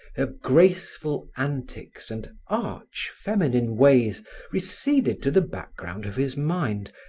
her graceful antics and arch feminine ways receded to the background of his mind,